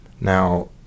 Now